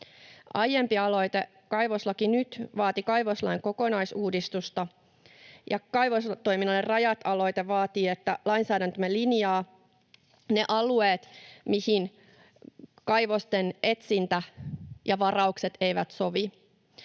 Aiempi aloite, Kaivoslaki Nyt, vaati kaivoslain kokonaisuudistusta, ja Kaivostoiminnalle rajat -aloite vaatii, että lainsäädäntömme linjaa ne alueet, mihin kaivosten etsintä ja varaukset eivät sovi.